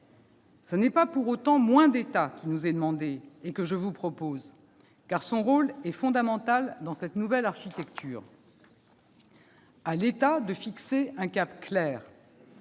Ce n'est pas pour autant moins d'État qui nous est demandé et que je vous propose, car son rôle est fondamental dans cette nouvelle architecture. Il revient à l'État de fixer un cap clair